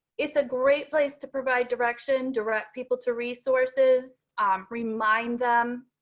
it's a great place to provide direction direct people to resources remind